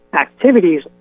activities